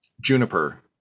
Juniper